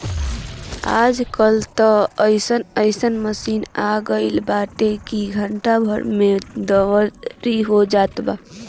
आज कल त अइसन अइसन मशीन आगईल बाटे की घंटा भर में दवरी हो जाता